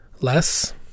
less